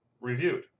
reviewed